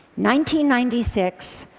ninety ninety six,